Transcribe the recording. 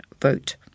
vote